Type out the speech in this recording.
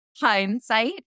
hindsight